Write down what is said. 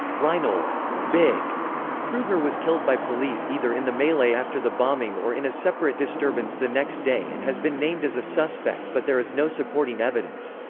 reinold big krueger was killed by police either in the melee after the bombing or in a separate disturbance the next day and has been named as a suspect but there is no supporting evidence.